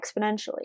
exponentially